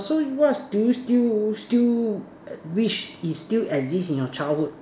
so what do you still still wish is still exist in your childhood